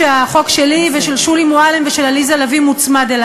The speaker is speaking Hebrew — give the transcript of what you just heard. שהשיח של ראשי הערים הוא עם שר הפנים,